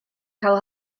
cael